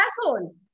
asshole